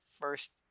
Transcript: first